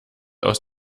aus